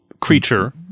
creature